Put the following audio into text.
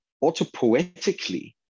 auto-poetically